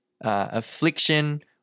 affliction